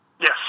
yes